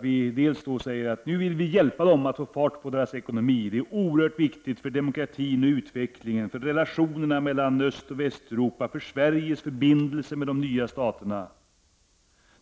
Vi säger att vi vill hjälpa dem att få fart på sin ekonomi — det är oerhört viktigt för demokratin och utvecklingen, för relationerna mellan Östoch Västeuropa och för Sveriges förbindelser med de nya staterna.